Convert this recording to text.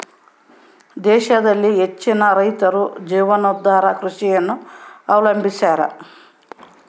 ದೇಶದಲ್ಲಿ ಹೆಚ್ಚಿನ ರೈತರು ಜೀವನಾಧಾರ ಕೃಷಿಯನ್ನು ಅವಲಂಬಿಸ್ಯಾರ